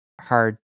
hard